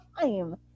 time